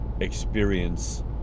experience